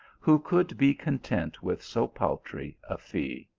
who could be content with so paltry a fee.